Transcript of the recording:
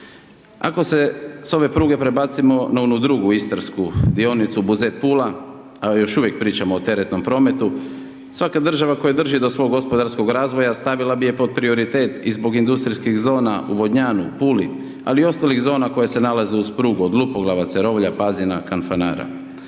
Ako se s ove pruge prebacimo na onu drugu istarsku dionicu Buzet Pula, još uvijek pričamo o teretnom prometu, svaka država koja drži do svog gospodarskog razvoja, stavila bi ju pod prioritet i zbog industrijskih zona u Vodnjanu, Puli, ali i ostalih zona koja se nalaze uz prugu, od Lupoglava, Cerovlja, Pazina, Kanfanara.